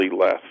less